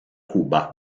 cuba